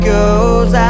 goes